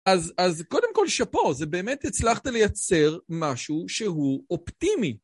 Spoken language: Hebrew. אז קודם כל שפו, זה באמת הצלחת לייצר משהו שהוא אופטימי.